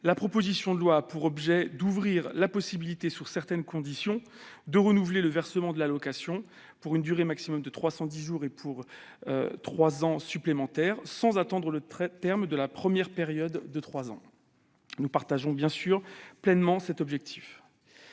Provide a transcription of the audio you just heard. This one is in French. proposition de loi entendent ouvrir la possibilité, sous certaines conditions, de renouveler le versement de l'allocation pour une durée maximum de 310 jours et pour trois ans supplémentaires, sans attendre le terme de la première période de trois ans. Nous partageons pleinement cet objectif.